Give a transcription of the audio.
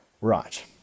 Right